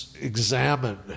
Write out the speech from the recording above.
examine